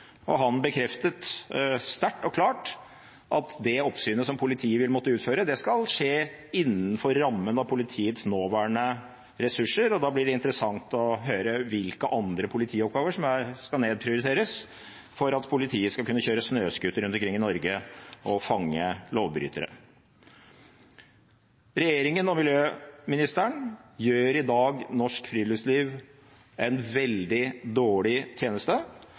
og han bekreftet sterkt og klart at det oppsynet som politiet vil måtte utføre, skal skje innenfor rammen av politiets nåværende ressurser. Da blir det interessant å høre hvilke andre politioppgaver som skal nedprioriteres for at politiet skal kunne kjøre snøscooter rundt omkring i Norge og fange lovbrytere. Regjeringen og miljøministeren gjør i dag norsk friluftsliv en veldig dårlig tjeneste,